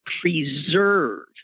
preserve